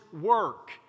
work